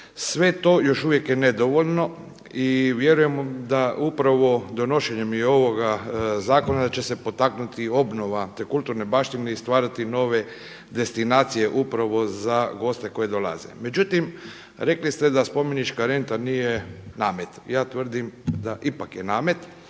sve to još uvijek je nedovoljno i vjerujemo da upravo donošenjem i ovoga zakona će se potaknuti obnova te kulturne baštine i stvarati nove destinacije upravo za goste koji dolaze. Međutim, rekli ste da spomenička renta nije namet, ja tvrdim da ipak je namet.